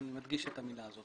אני מדגיש את המילה לכאורה.